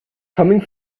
coming